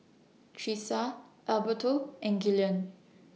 Tressa Alberto and Gillian